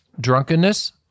drunkenness